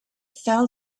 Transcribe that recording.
fell